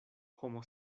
homo